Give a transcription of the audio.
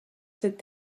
cette